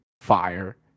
fire